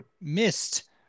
missed